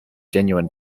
genuine